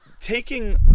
taking